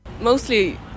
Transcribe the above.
mostly